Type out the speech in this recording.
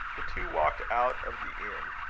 the two walked out of the inn,